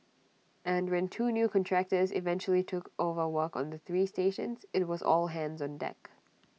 and when two new contractors eventually took over work on the three stations IT was all hands on deck